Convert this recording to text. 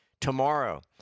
tomorrow